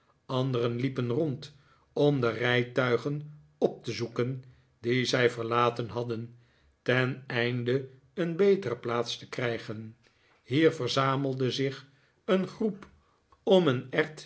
anderen liepen rond om de rijtuigen op te zoeken die zij verlaten hadden teneinde een betere plaats te krijgen hier verzamelde zich een groep om een